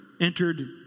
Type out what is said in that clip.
entered